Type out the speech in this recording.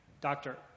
doctor